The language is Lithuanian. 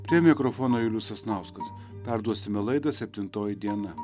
prie mikrofono julius sasnauskas perduosime laida septintoji diena